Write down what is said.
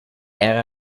era